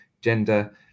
gender